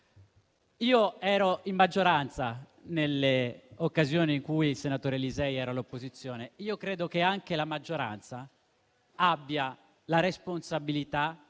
Io ero in maggioranza nelle occasioni in cui il senatore Lisei era all'opposizione e credo che anche la maggioranza abbia la responsabilità